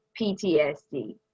ptsd